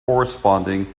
corresponding